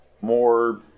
more